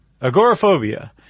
agoraphobia